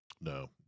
No